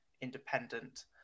independent